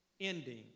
ending